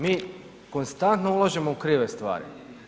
Mi konstantno ulažemo u krive stvari.